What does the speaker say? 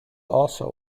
also